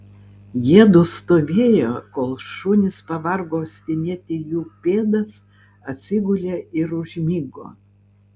jiedu stovėjo kol šunys pavargo uostinėti jų pėdas atsigulė ir užmigo